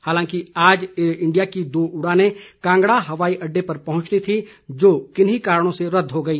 हालांकि आज Air India की दो उड़ानें कांगड़ा हवाई अड्डे पर पहुंचनी थी जो किन्हीं कारणों से रदद हो गई